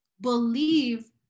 Believe